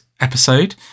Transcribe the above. episode